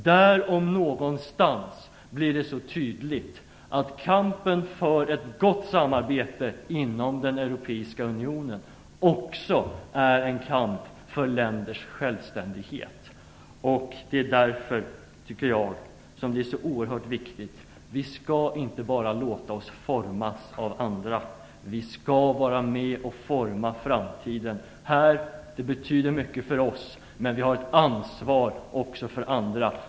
Där om någonstans blir det så tydligt att kampen för ett gott samarbete inom den europeiska unionen också är en kamp för länders självständighet. Det är därför som det är så oerhört viktigt att vi inte bara låter oss formas av andra. Vi skall vara med och forma framtiden. Det betyder mycket för oss, men vi har ett ansvar också för andra.